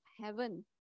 heaven